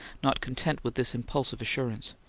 not content with this impulsive assurance.